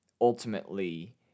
ultimately